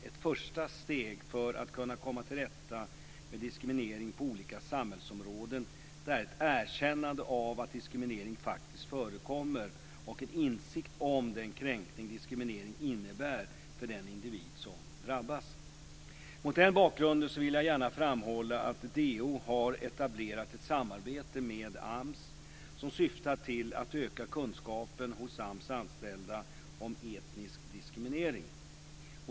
Ett första steg för att kunna komma till rätta med diskriminering på olika samhällsområden är ett erkännande av att diskriminering faktiskt förekommer och en insikt om den kränkning diskriminering innebär för den individ som drabbas. Mot den bakgrunden vill jag gärna framhålla att DO har etablerat ett samarbete med AMS som syftar till att öka kunskapen hos AMS anställda om etnisk diskriminering.